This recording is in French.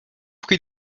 prie